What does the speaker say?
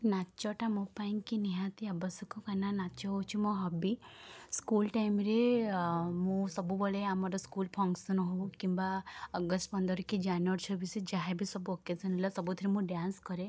ନାଚଟା ମୋ ପାଇଁକି ନିହାତି ଆବଶ୍ୟକ କାହିଁକିନା ନାଚ ହେଉଛି ମୋ ହବି ସ୍କୁଲ ଟାଇମରେ ମୁଁ ସବୁବେଳେ ଆମର ସ୍କୁଲ ଫଙ୍କସନ୍ ହେଉ କିମ୍ବା ଅଗଷ୍ଟ ପନ୍ଦର କି ଜାନୁଆରୀ ଛବିଶ ଯାହାବି ସବୁ ଅକେଜନ୍ ହେଲା ସବୁଥିରେ ମୁଁ ଡ୍ୟାନ୍ସ କରେ